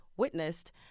Witnessed